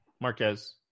marquez